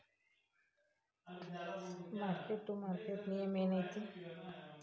mark to market ನಿಯಮ ಏನೈತಿ